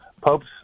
Popes